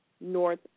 North